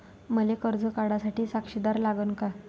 मले कर्ज काढा साठी साक्षीदार लागन का?